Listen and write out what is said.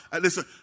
listen